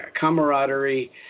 camaraderie